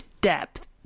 depth